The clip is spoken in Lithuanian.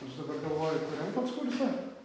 aš dabar galvoju kuriam pats kurse